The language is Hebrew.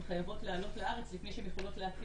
חייבות לעלות לארץ לפני שהן יכולות להתחיל,